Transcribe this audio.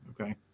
okay